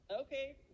Okay